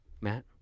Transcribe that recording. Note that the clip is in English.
Matt